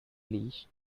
leash